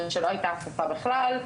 ושלא היתה התקפה בכלל,